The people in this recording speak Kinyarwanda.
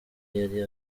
yari